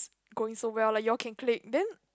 going so well like you all can click then